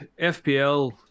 FPL